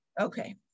Okay